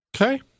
Okay